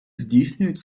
здійснюють